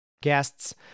Guests